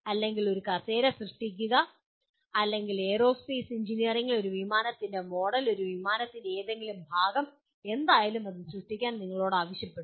അല്ലെങ്കിൽ നിങ്ങൾ കസേര സൃഷ്ടിക്കുക അല്ലെങ്കിൽ എയ്റോസ്പേസ് എഞ്ചിനീയറിംഗിൽ ഒരു വിമാനത്തിന്റെ ഒരു മോഡൽ ഒരു വിമാനത്തിന്റെ ഏതെങ്കിലും ഭാഗം എന്തായാലും അത് സൃഷ്ടിക്കാൻ നിങ്ങളോട് ആവശ്യപ്പെടുന്നു